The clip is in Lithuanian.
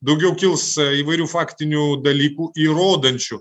daugiau kils įvairių faktinių dalykų įrodančių